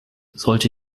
sollte